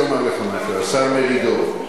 זה לכבוד גדול.